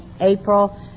April